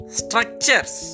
structures